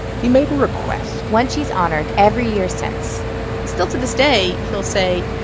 he made a request one she's honored every year since still to this day, he'll say,